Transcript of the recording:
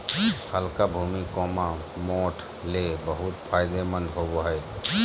हल्का भूमि, मोठ ले बहुत फायदेमंद होवो हय